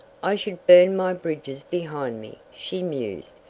i should burn my bridges behind me, she mused,